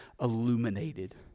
illuminated